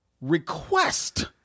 request